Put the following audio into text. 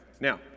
Now